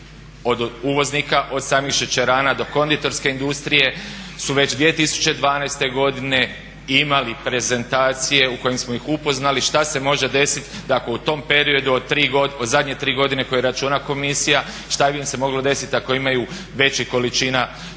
od uvoznika, od samih šećerana do konditorske industrije su već 2012. godine imali prezentacije u kojim smo ih upoznali šta se može desiti da ako u tom periodu od zadnje 3 godine koje računa komisija šta bi im se moglo desiti ako imaju većih količina šećera